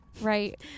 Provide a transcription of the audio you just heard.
Right